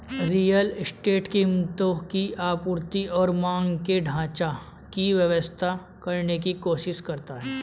real estate कीमतों की आपूर्ति और मांग के ढाँचा की व्याख्या करने की कोशिश करता है